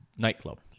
nightclub